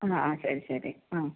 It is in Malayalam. ആ ആ ശരി ശരി ആ